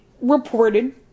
reported